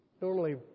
Normally